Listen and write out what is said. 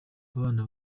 abana